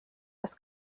das